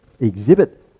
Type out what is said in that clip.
exhibit